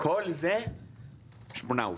כל זה 8 עובדים.